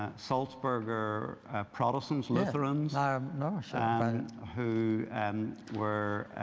ah salzburger protestants lutherans, ah um who um were,